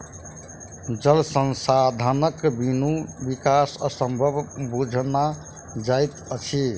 जल संसाधनक बिनु विकास असंभव बुझना जाइत अछि